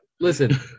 Listen